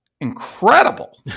incredible